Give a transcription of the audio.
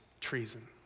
treason